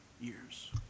years